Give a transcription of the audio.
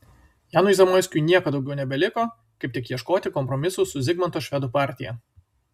janui zamoiskiui nieko daugiau nebeliko kaip tik ieškoti kompromisų su zigmanto švedų partija